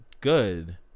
Good